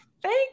Thank